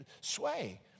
sway